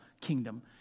kingdom